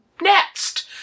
next